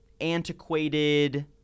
antiquated